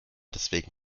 deswegen